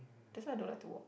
that's why I don't like to watch